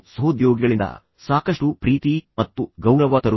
ಯಾವುದೇ ಒಳ್ಳೆಯ ಅಭ್ಯಾಸ ಅಂದರೆ ಸಮಯಪಾಲನೆಯಾಗಿರಲಿ ಅದು ನಿಮ್ಮನ್ನು ಆಹ್ಲಾದಕರವಾಗಿ ಅಲಂಕರಿಸುತ್ತದೆ